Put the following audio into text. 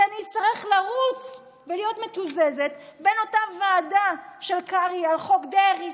כי אני אצטרך לרוץ ולהיות מתוזזת בין אותה ועדה של קרעי על חוק דרעי,